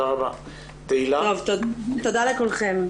לכולכם.